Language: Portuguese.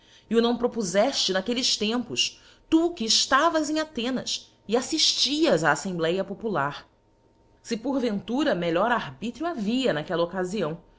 e o não propozefte n'aquellcs tempos tu que eftavas em athenas e aídftias á assembléa popular se por ventura melhor arbítrio havia naquella occafião